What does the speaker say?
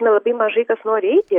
na labai mažai kas nori eiti